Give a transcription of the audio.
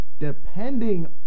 Depending